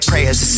Prayers